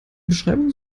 beschreibung